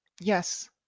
yes